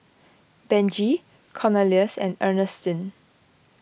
Benji Cornelious and Ernestine